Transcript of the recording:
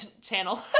channel